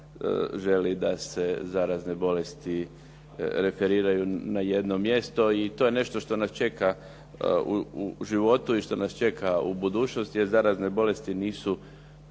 da se zarazne bolesti referiraju na jedno mjesto i to je nešto što nas čeka u životu i što nas čeka u budućnosti jer zarazne bolesti nisu